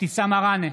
אבתיסאם מראענה,